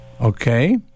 Okay